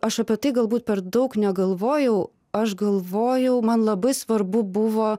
aš apie tai galbūt per daug negalvojau aš galvojau man labai svarbu buvo